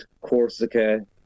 Corsica